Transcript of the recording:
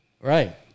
Right